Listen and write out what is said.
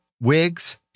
wigs